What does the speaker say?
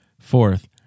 Fourth